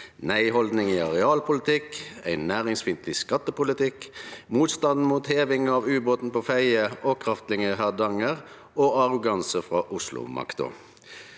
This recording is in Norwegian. nei-haldning i arealpolitikken, ein næringsfiendtleg skattepolitikk, motstanden mot heving av ubåten på Fedje, kraftliner i Hardanger og arroganse frå Oslo-makta.